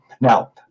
now